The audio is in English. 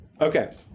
Okay